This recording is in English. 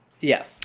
Yes